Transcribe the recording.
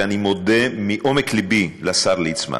ואני מודה מעומק לבי לשר ליצמן,